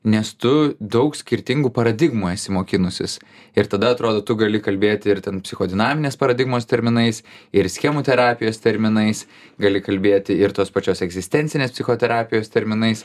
nes tu daug skirtingų paradigmų esi mokinusis ir tada atrodo tu gali kalbėti ir ten psichodinaminės paradigmos terminais ir schemų terapijos terminais gali kalbėti ir tos pačios egzistencinės psichoterapijos terminais